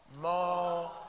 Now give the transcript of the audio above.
More